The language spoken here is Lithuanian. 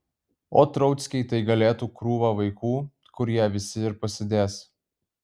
ot rauckiai tai galėtų krūva vaikų kur jie visi ir pasidės